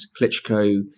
Klitschko